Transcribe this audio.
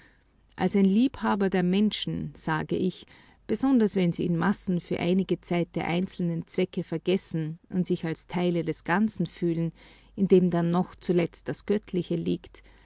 als ein liebhaber der menschen sage ich besonders wenn sie in massen für einige zeit der einzelnen zwecke vergessen und sich als teile des ganzen fühlen in dem denn doch zuletzt das göttliche liegt als